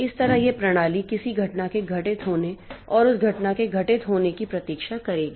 इस तरह यह प्रणाली किसी घटना के घटित होने और उस घटना के घटित होने की प्रतीक्षा करेगी